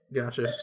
Gotcha